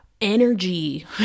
energy